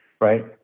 right